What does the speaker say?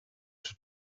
sous